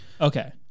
Okay